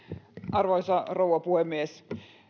arvoisa rouva puhemies